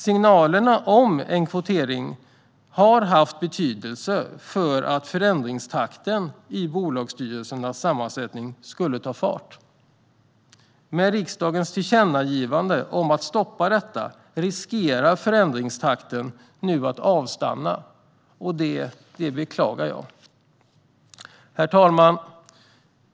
Signalerna om kvotering har haft betydelse för att förändringstakten i bolagsstyrelsernas sammansättning skulle ta fart. Med riksdagens tillkännagivande om att stoppa detta riskerar förändringstakten att avstanna. Det beklagar jag. Herr talman!